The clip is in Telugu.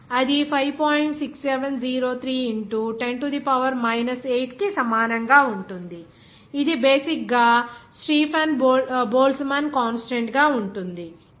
6703 into 10 to the power minus 8 కి సమానంగా ఉంటుంది ఇది బేసిక్ గా స్టీఫన్ బోల్ట్జ్మాన్ కాన్స్టాంట్ గా ఉంటుంది